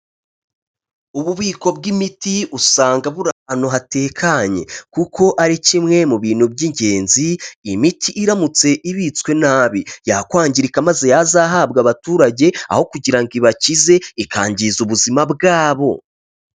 Ububiko bw'imiti usanga buri ahantu hatekanye kuko ari kimwe mu bintu by'ingenzi, iyi miti iramutse ibitswe nabi, yakwangirika maze yazahabwa abaturage, aho kugira ngo ibakize ikangiza ubuzima bwabo.